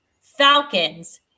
Falcons